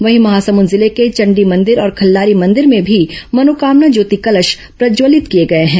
वहीं महासमंद जिले के चण्डी मंदिर और खल्लारी मंदिर में भी मनोकामना ज्योति कलश प्रज्जवलित किए गए हैं